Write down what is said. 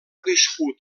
viscut